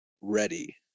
ready